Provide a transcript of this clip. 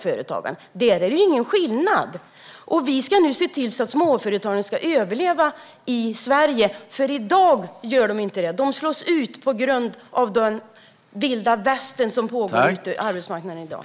Det är ingen skillnad. Nu ska vi se till att småföretagen överlever i Sverige, för det gör de inte i dag. De slås ut på grund av att det råder vilda västern ute på arbetsmarknaden i dag.